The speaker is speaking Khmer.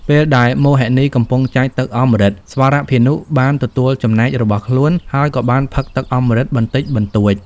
ពេលដែលមោហិនីកំពុងចែកទឹកអម្រឹត ស្វរភានុបានទទួលចំណែករបស់ខ្លួន ហើយក៏បានផឹកទឹកអម្រឹតបន្តិចបន្តួច។